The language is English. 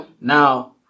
Now